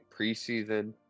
preseason